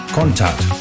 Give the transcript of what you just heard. contact